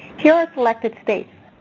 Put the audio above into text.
here are selected states.